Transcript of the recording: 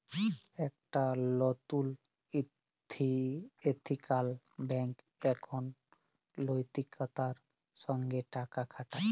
একট লতুল ethical banking এখন লৈতিকতার সঙ্গ টাকা খাটায়